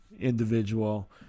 individual